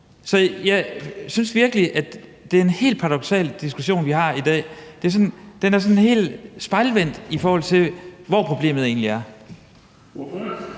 Så jeg synes virkelig, at det er en helt paradoksal diskussion, vi har i dag. Den er sådan helt spejlvendt, i forhold til hvor problemet egentlig er.